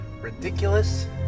Ridiculous